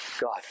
god